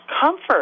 comfort